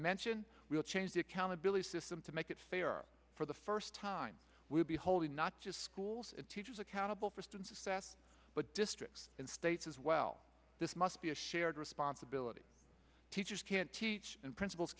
mention we'll change the accountability system to make it fairer for the first time we'll be holding not just schools and teachers accountable for students fast but districts and states as well this must be a shared responsibility teachers can't teach and principals